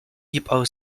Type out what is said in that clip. jibqgħu